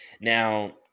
Now